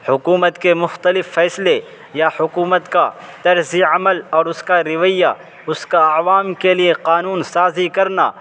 حکومت کے مختلف فیصلے یا حکومت کا طرز عمل اور اس کا رویہ اس کا عوام کے لیے قانون سازی کرنا